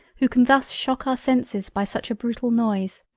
who can thus shock our senses by such a brutal noise!